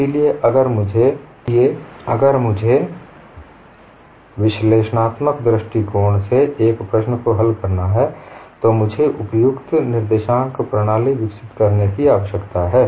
इसलिए अगर मुझे विश्लेषणात्मक दृष्टिकोण से एक प्रश्न को हल करना है तो मुझे उपयुक्त निर्देशांक प्रणाली विकसित करने की आवश्यकता है